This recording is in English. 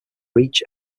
reach